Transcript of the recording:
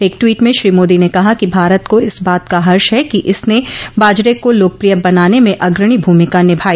एक ट्वीट में श्री मोदी ने कहा कि भारत को इस बात का हर्ष है कि इसने बाजरे को लोकप्रिय बनाने में अग्रणी भूमिका निभाई